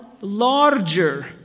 larger